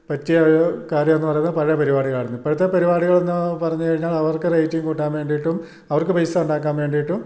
പറ്റിയ കാര്യം എന്ന് പറയുന്നത് പഴയ പരിപാടികളായിരുന്നു ഇപ്പോഴത്തെ പരിപാടികളെന്ന് പറഞ്ഞു കഴിഞ്ഞാൽ അവർക്ക് റേറ്റിങ് കൂട്ടാൻ വേണ്ടിയിട്ടും അവർക്ക് പൈസ ഉണ്ടാക്കാൻ വേണ്ടിയിട്ടും